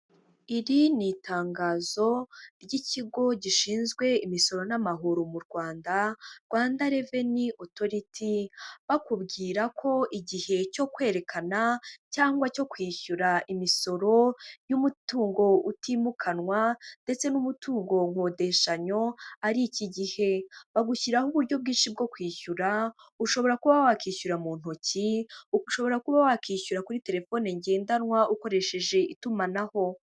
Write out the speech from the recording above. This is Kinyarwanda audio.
Iri ni itangazo ry'ikigo gishinzwe imisoro n'amahoro mu Rwanda, Rwanda Revenu Autohoriti bakubwira ko igihe cyo kwerekana cyangwa cyo kwishyura imisoro y'umutungo utimukanwa ndetse n'umutungo nkodeshanyo ari iki igihe. Bagushyiraho uburyo bwinshi bwo kwishyura ushobora kuba wakwishyura mu ntoki, ushobora kuba wakwishyura kuri telefone ngendanwa ukoresheje itumanaho.